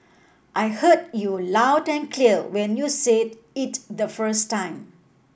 I heard you loud and clear when you said it the first time